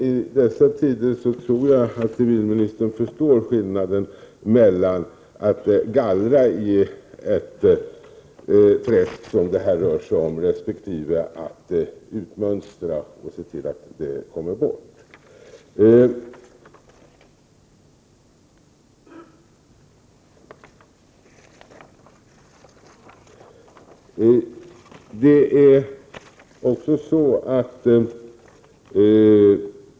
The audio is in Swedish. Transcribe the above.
I dessa tider tror jag att civilministern förstår skillnaden mellan att gallra i ett träsk, som det här rör sig om, resp. att utmönstra och se till att uppgifter tas bort.